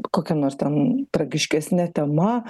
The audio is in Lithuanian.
kokia nors ten tragiškesne tema